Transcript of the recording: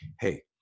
hey